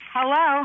Hello